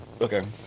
Okay